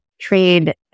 trade